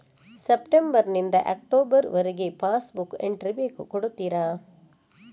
September ನಿಂದ October ವರಗೆ passbook entry ಬೇಕು ಕೊಡುತ್ತೀರಾ?